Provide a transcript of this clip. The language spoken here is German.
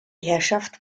herrschaft